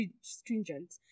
stringent